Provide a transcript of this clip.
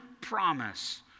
promise